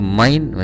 mind